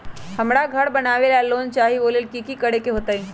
हमरा घर बनाबे ला लोन चाहि ओ लेल की की करे के होतई?